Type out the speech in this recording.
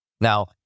Now